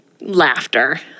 laughter